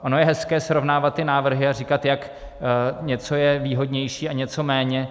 Ono je hezké srovnávat ty návrhy a říkat, jak něco je výhodnější a něco méně.